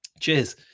Cheers